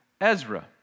Ezra